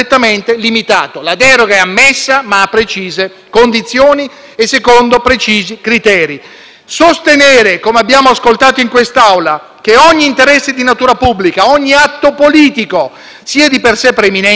Sostenere, come abbiamo ascoltato in quest'Aula, che ogni interesse di natura pubblica, ogni atto politico sia di per sé preminente, equivale ad ammettere l'uso di qualsiasi mezzo per conseguire qualunque finalità governativa,